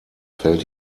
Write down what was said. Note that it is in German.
fällt